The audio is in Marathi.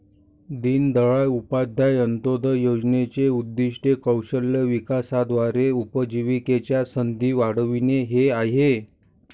दीनदयाळ उपाध्याय अंत्योदय योजनेचे उद्दीष्ट कौशल्य विकासाद्वारे उपजीविकेच्या संधी वाढविणे हे आहे